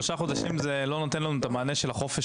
שלושה חודשים לא נותנים לנו את המענה של החופש,